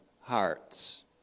hearts